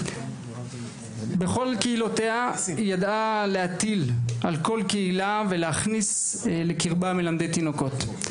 בכל קהילותיה היא ידעה להטיל על כל קהילה ולהכניס לקרבה מלמדי תינוקות.